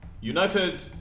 united